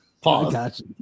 Pause